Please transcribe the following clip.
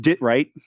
right